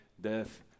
death